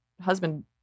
husband